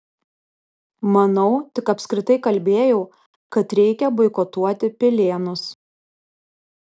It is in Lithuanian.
manau tik apskritai kalbėjau kad reikia boikotuoti pilėnus